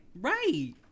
Right